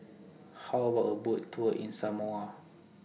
How about A Boat Tour in Samoa